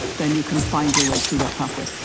then you can find your way through that pathway.